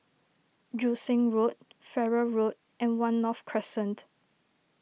Joo Seng Road Farrer Road and one North Crescent